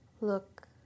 look